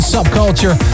Subculture